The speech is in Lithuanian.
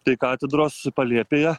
tai katedros palėpėje